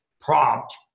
prompt